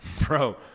Bro